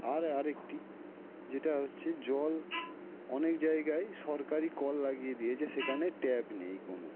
আর আরেকটি যেটা হচ্ছে জল অনেক জায়গায় সরকারি কল লাগিয়ে দিয়েছে সেখানে ট্যাপ নেই কোনো